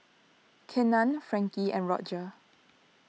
Kenan Frankie and Rodger